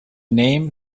name